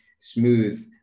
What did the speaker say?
smooth